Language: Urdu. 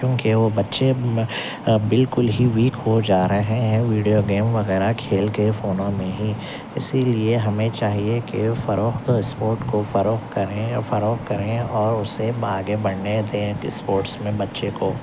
کیونکہ وہ بچے بالکل ہی ویک ہو جا رہے ہیں ویڈیو گیم وغیرہ کھیل کے فونوں میں ہی اسی لیے ہمیں چاہیے کہ فروغ تو اسپورٹ کو فروغ کریں فروغ کریں اور اسے آگے بڑھںے دیں اسپورٹس میں بچے کو